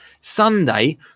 Sunday